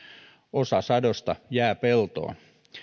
osa sadosta jää peltoon